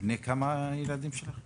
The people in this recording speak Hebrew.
בני כמה הילדים שלכם?